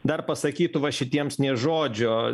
dar pasakytų va šitiems nė žodžio